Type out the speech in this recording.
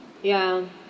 ya